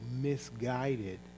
misguided